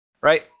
right